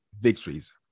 victories